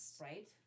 Right